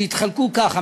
שיתחלקו כך,